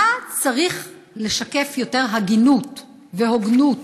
מה צריך לשקף יותר הגינות והוגנות